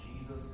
Jesus